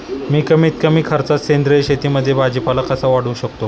मी कमीत कमी खर्चात सेंद्रिय शेतीमध्ये भाजीपाला कसा वाढवू शकतो?